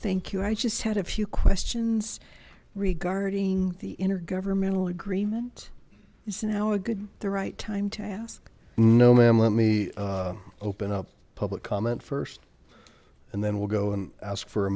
thank you i just had a few questions regarding the intergovernmental agreement is now a good the right time to ask no ma'am let me open up public comment first and then we'll go and ask for a